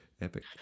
epic